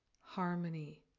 harmony